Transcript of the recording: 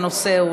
אם הנושא הוא,